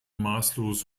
maßlos